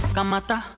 Kamata